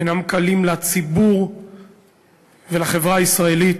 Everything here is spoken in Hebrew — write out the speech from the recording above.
אינם קלים לציבור ולחברה הישראלית.